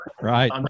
right